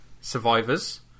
survivors